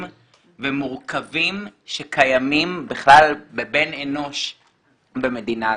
ומורכבים שקיימים בכלל בבן אנוש במדינה הזאת.